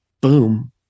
boom